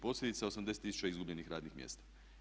Posljedica 80 tisuća izgubljenih radnih mjesta.